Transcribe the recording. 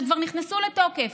שכבר נכנסו לתוקף,